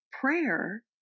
prayer